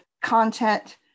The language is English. content